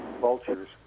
vultures